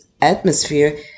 atmosphere